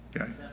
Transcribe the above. Okay